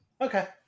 Okay